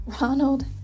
Ronald